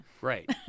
Right